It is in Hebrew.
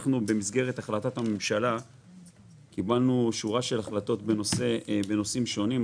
במסגרת החלטת ממשלה קיבלנו שורה של החלטות בנושאים שונים,